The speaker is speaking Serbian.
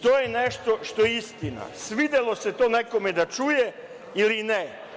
To je nešto što je istina, svidelo se to nekome da čuje ili ne.